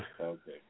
Okay